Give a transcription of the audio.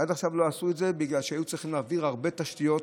עד עכשיו לא עשו את זה בגלל שהיו צריכים להעביר הרבה תשתיות.